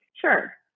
Sure